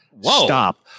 stop